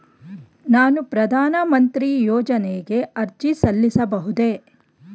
ನಾನು ಪ್ರಧಾನ ಮಂತ್ರಿ ಯೋಜನೆಗೆ ಅರ್ಜಿ ಸಲ್ಲಿಸಬಹುದೇ?